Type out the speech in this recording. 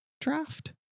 draft